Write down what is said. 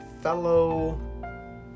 fellow